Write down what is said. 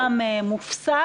כדי לעזור לאותן אוכלוסיות.